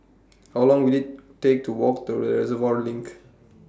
How Long Will IT Take to Walk to Reservoir LINK